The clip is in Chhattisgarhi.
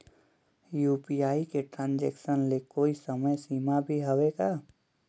यू.पी.आई के ट्रांजेक्शन ले कोई समय सीमा भी हवे का?